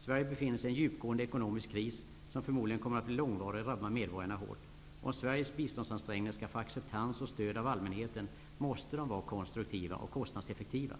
Sverige befinner sig i en djupgående ekonomisk kris, som förmodligen kommer att bli långvarig och drabba medborgarna hårt. Om Sveriges biståndsansträngningar skall få acceptans och stöd av allmänheten, måste de var konstruktiva och kostnadseffektiva.